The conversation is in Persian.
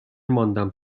ماندم